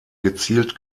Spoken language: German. gezielt